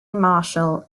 marshall